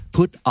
Put